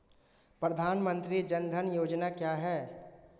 प्रधानमंत्री जन धन योजना क्या है?